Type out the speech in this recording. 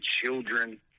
children